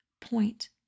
point